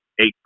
eight